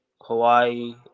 Hawaii